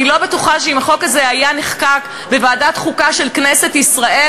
אני לא בטוחה שאם החוק הזה היה בוועדת חוקה של כנסת ישראל,